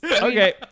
Okay